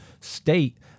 state